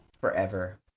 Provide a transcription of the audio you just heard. Forever